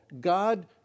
God